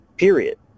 period